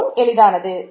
இதுவும் எளிதானது